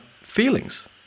feelings